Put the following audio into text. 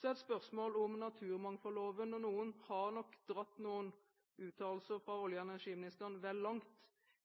Så er det spørsmål om naturmangfoldloven og noen har nok dratt noen uttalelser fra olje- og energiministeren vel langt.